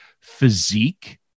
physique